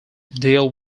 deal